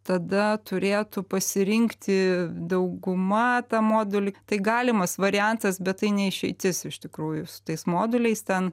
tada turėtų pasirinkti dauguma tą modulį tai galimas variantas bet tai ne išeitis iš tikrųjų su tais moduliais ten